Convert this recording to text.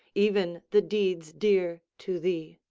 even the deeds dear to thee.